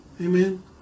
Amen